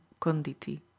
Conditi*